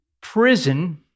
prison